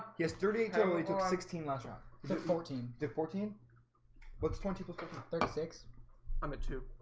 yes, dirty generally took sixteen mantra so fourteen did fourteen books twenty six i'm at two